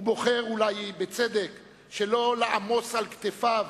ובוחר, אולי בצדק, שלא לעמוס על כתפיו